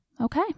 okay